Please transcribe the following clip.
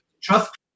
trust